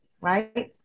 right